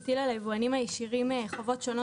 מטיל על היבואנים הישירים חובות שונות